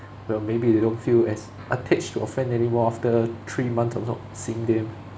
well maybe you don't feel as attached to your friend anymore after three months of not seeing them